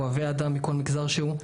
אוהבי אדם מכל מגזר שהוא,